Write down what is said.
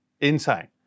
insane